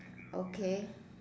okay